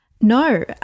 No